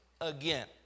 again